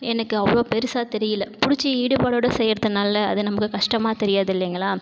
எனக்கு அவ்வளோ பெருசாக தெரியல பிடிச்சி ஈடுபாடோட செய்கிறதுனால அது நமக்கு கஷ்டமாக தெரியாது இல்லைங்களா